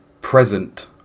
present